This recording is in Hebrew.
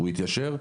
הוא התיישר,